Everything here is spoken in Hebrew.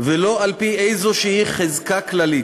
ולא על-פי איזושהי חזקה כללית".